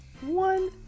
one